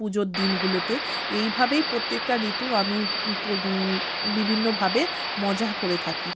পুজোর দিনগুলোতে এইভাবেই প্রত্যেকটা ঋতু আমি বিভিন্নভাবে মজা করে থাকি